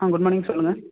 ஆ good morning சொல்லுங்க